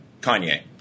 Kanye